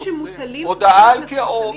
עיצומים שמוטלים --- הודעה על כוונה או עיצום?